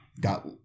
got